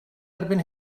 erbyn